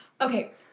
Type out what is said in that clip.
Okay